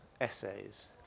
essays